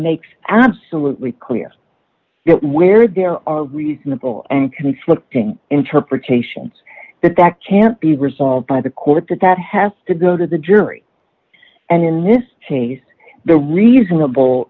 makes absolutely clear where there are reasonable and conflicting interpretations that that can't be resolved by the court that has to go to the jury and in this case the reasonable